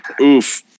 Oof